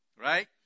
right